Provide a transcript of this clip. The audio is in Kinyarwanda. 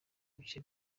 bice